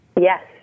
Yes